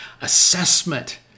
assessment